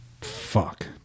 Fuck